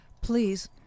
please